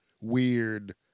weird